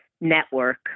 network